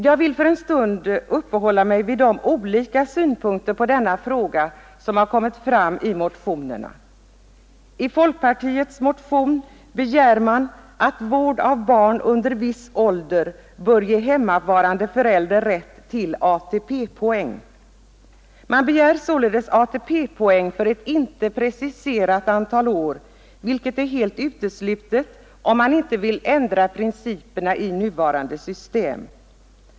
Jag vill en stund uppehålla mig vid de olika synpunkter på denna fråga som kommit fram i de motionerna. I folkpartiets motion begär man att vård av barn under viss ålder skall ge hemmavarande förälder rätt till ATP-poäng. Man begär ATP-poäng för ett inte preciserat antal år, vilket emellertid är helt uteslutet om man inte ändrar principerna i nuvarande system.